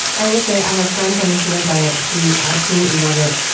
i will say, i have friends on the keto diet who absolutely love it,